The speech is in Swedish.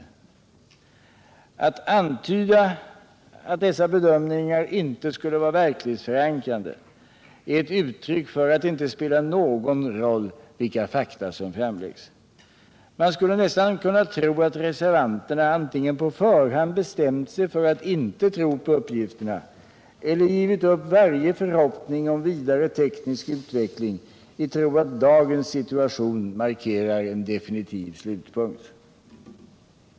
Att antyda att dessa bedömningar inte skulle vara verklighetsförankrade är ett uttryck för att det inte spelar någon roll vilka fakta som framläggs. Man skulle nästan kunna tro att reservanterna antingen på förhand har bestämt sig för att inte tro på uppgifterna eller givit upp varje förhoppning om vidare teknisk utveckling, i tro att dagens situation markerar en definitiv slutpunkt.